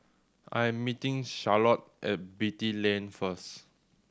I am meeting Charlotte at Beatty Lane first